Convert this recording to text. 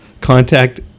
Contact